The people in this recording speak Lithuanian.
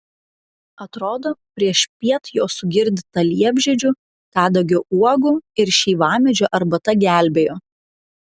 atrodo priešpiet jo sugirdyta liepžiedžių kadagio uogų ir šeivamedžio arbata gelbėjo